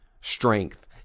strength